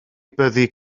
byddi